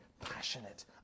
passionate